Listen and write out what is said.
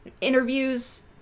interviews